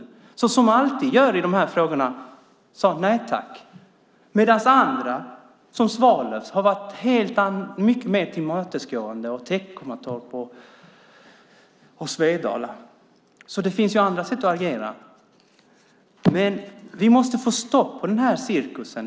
De sade liksom alltid i de här frågorna nej tack, medan andra som Svalöv, Teckomatorp och Svedala har varit mycket mer tillmötesgående. Det finns alltså andra sätt att agera. Men vi måste få stopp på den här cirkusen.